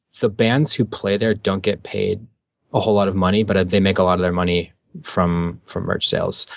the bands who play there don't get paid a whole lot of money, but they make a lot of their money from from merch sales.